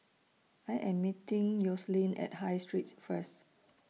I Am meeting Yoselin At High Street First